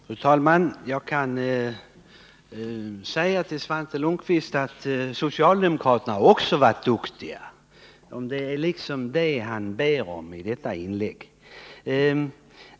Fru talman! Jag kan säga till Svante Lundkvist att socialdemokraterna också varit duktiga. Det är liksom det han ber om i sitt inlägg.